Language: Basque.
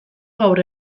gaur